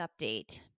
update –